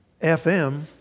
FM